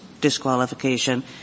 disqualification